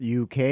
UK